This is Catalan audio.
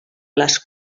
les